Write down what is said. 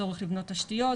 צורך לבנות תשתיות,